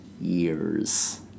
years